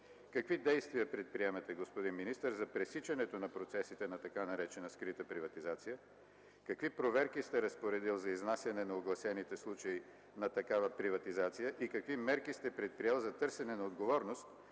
какви действия предприемате, господин министър, за пресичането на процесите на така наречена скрита приватизация? Какви проверки сте разпоредил за изнасяне на огласените случаи на такава приватизация и какви мерки сте предприел за търсене на отговорност